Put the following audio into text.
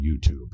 youtube